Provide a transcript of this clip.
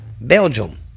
Belgium